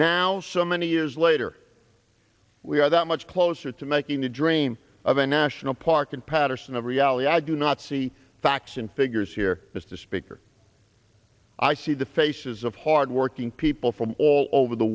now so many years later we are that much closer to making the dream of a national park in paterson a reality i do not see facts and figures here mr speaker i see the faces of hard working people from all over the